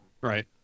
Right